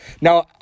now